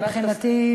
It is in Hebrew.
מבחינתי,